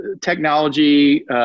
technology